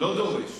לא דורש.